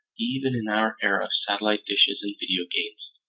even in our era of satellite dishes and video games,